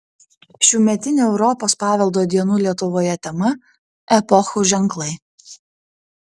šiųmetinė europos paveldo dienų lietuvoje tema epochų ženklai